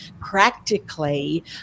practically